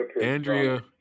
Andrea